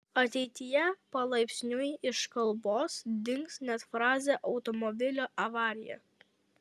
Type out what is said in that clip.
ateityje palaipsniui iš kalbos dings net frazė automobilio avarija